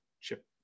chip